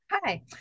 Hi